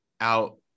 out